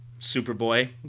Superboy